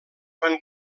van